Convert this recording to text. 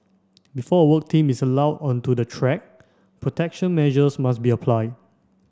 before a work team is allowed onto the track protection measures must be applied